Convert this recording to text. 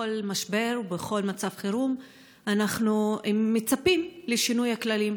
בכל משבר ובכל מצב חירום אנחנו מצפים לשינוי הכללים.